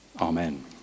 Amen